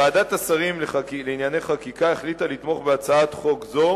ועדת השרים לענייני חקיקה החליטה לתמוך בהצעת חוק זו,